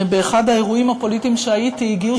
באחד האירועים הפוליטיים שהייתי בהם הגיעו